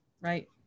right